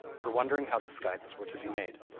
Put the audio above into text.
for wondering how the scythes were to be made.